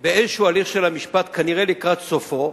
באיזה הליך של המשפט, כנראה לקראת סופו,